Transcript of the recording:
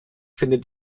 findet